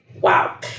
wow